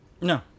No